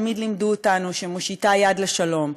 תמיד לימדו אותנו שהיא מושיטה יד לשלום,